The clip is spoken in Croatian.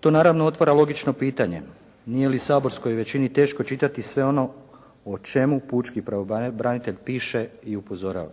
To naravno otvara logično pitanje nije li saborskoj većini teško čitati sve ono o čemu pučki pravobranitelj piše i upozorava?